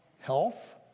health